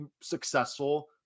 successful